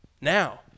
now